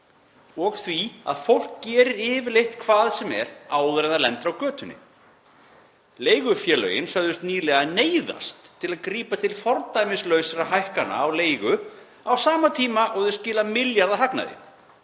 og því að fólk gerir yfirleitt hvað sem er áður en það lendir á götunni. Leigufélögin sögðust nýlega neyðast til að grípa til fordæmislausra hækkana á leigu á sama tíma og þau skila milljarða hagnaði.